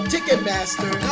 Ticketmaster